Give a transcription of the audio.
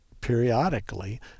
Periodically